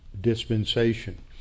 dispensation